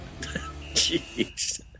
Jeez